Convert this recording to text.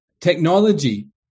Technology